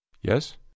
Yes